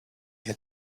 had